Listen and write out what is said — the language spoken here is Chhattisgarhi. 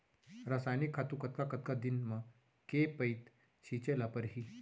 रसायनिक खातू कतका कतका दिन म, के पइत छिंचे ल परहि?